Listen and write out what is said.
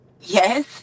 Yes